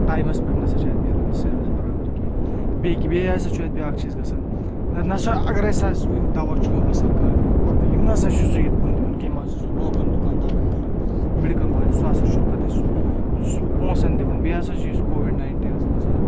ٹایمَس پؠٹھ نہ سا چھِ اَتہِ مِلان سٔروِس برابر کینٛہہ بیٚیہِ بیٚیہِ ہَسا چھُ اَتہِ بیٛاکھ چیٖز گژھان نَسا اَگَر اَسہِ حظ وُنہِ دَوہ چھُ سرکار دِوان پَتہٕ یِم نہ سا چھُ سُہ یِتھ پٲٹھۍ دِوان کینٛہہ یِم حظ سُہ لوکَن دُکاندارَن کٕنان میڈِکَل وٲلِس سُہ ہَسا چھُس پَتہٕ اَسہِ سُہ سُہ پونٛسَن دِوان بیٚیہِ ہَسا چھُ یُس کووِڈ نایِنٹیٖنَس منٛز